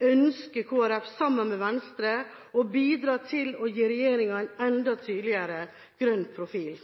ønsker Kristelig Folkeparti sammen med Venstre å bidra til å gi regjeringa en enda tydeligere grønn profil.